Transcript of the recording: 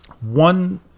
One